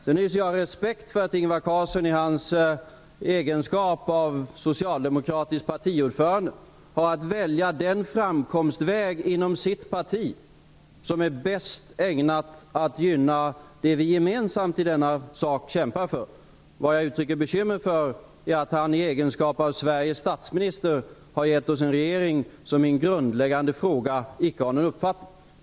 Jag hyser respekt för att Ingvar Carlsson i sin egenskap av socialdemokratisk partiordförande har att välja den framkomstväg inom sitt parti som är bäst ägnad att gynna det som vi gemensamt i denna sak kämpar för. Vad jag uttrycker bekymmer för är att han i egenskap av Sveriges statsminister har givit oss en regering som i en grundläggande fråga icke har någon uppfattning.